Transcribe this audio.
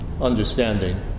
understanding